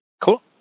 Cool